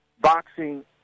boxing